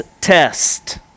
test